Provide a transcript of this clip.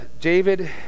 David